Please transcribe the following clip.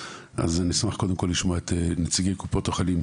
אז נשמח קודם כל לשמוע את נציגי קופות החולים.